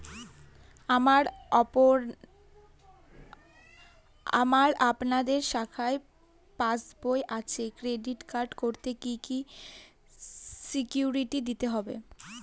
আমার আপনাদের শাখায় পাসবই আছে ক্রেডিট কার্ড করতে কি কি সিকিউরিটি দিতে হবে?